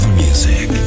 music